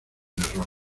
error